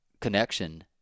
connection